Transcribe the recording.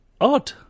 odd